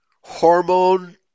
hormone